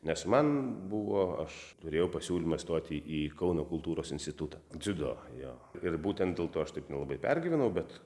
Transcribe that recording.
nes man buvo aš turėjau pasiūlymą stoti į kauno kultūros institutą dziudo jo ir būtent dėl to aš taip nelabai pergyvenau bet